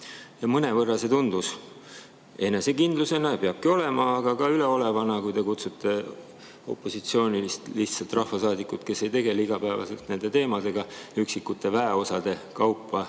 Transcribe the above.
Mõnevõrra tundus see enesekindlusena ja peabki olema, aga ka üleolevana, kui te kutsute opositsiooni rahvasaadikuid, kes ei tegele igapäevaselt nende teemadega, üksikute väeosade moona